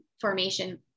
formation